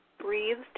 breathed